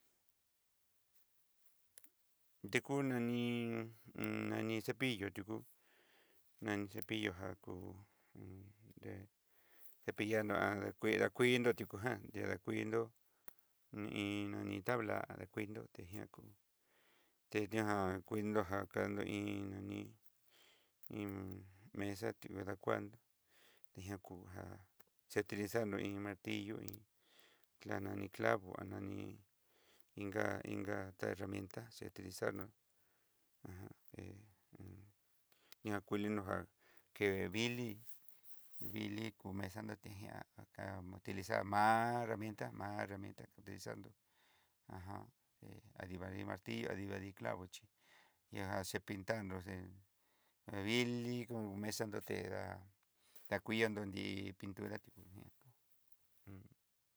Deku nani nani cepillo tuku nani cepillo já kú té cepillando kue tikujan, tidakuinró ni'in nani tabla dakuin nro ti niako, te ña kujido jan, kando iin nani iin mesa tú dakuando ni já kujan xetirizando iin martillo iin, ni clavo ani inga inga tá herramienda xetrixanó ajan iin ña kulino já, ke vili, vili kú mesa natejia n utilizar ma'a rramienta ma'a rramienta ka utilizar nro ajan, he adiva vi martillo adiva vi clavo chí ihá xe pintado nre vili kon mesa nó tedá, ta kuii diondo nri pintura tukuñako.